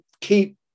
keep